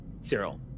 Cyril